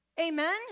Amen